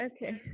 Okay